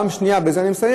דבר שני, ובזה אני מסיים,